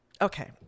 Okay